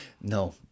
No